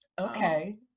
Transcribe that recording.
Okay